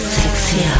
sexy